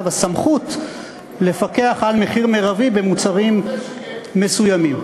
הסמכות לפקח על מחיר מרבי במוצרים מסוימים.